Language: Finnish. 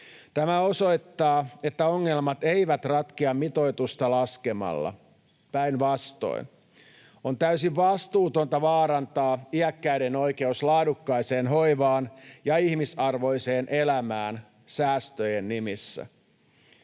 Tämä osoittaa, että ongelmat eivät ratkea mitoitusta laskemalla, päinvastoin. On täysin vastuutonta vaarantaa iäkkäiden oikeus laadukkaaseen hoivaan ja ihmisarvoiseen elämään säästöjen nimissä.